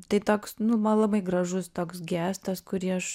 tai toks nu man labai gražus toks gestas kurį aš